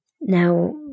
Now